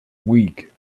weak